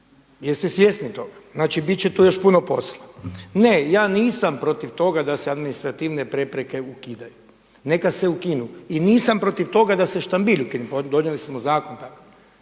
Jeste svjesni toga? Znači bit će tu još puno posla. Ne ja nisam protiv toga da se administrativne prepreke ukidaju, neka se ukinu. I nisam protiv toga da se štambilj ukine, pa donijeli smo zakon.